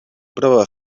prova